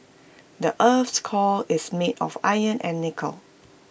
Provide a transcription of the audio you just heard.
the Earth's core is made of iron and nickel